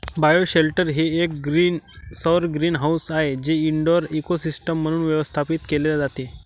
bioshelter हे एक सौर ग्रीनहाऊस आहे जे इनडोअर इकोसिस्टम म्हणून व्यवस्थापित केले जाते